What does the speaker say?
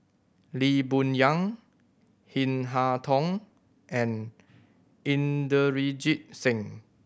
Lee Boon Yang Chin Harn Tong and Inderjit Singh